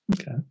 Okay